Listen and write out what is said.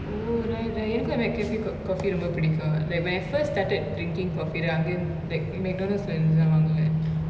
oh right right எனக்கு:enaku mccafe co~ coffee ரொம்ப புடிக்கு:romba pudiku like my first started drinking coffee ra~ வந்து:vanthu like when mcdonald's இந்துதா வாங்குவன்:irunthuthaa vaanguvan